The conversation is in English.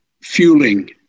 fueling